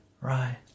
Right